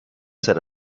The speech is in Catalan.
serà